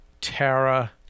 Tara